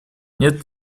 нет